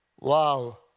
Wow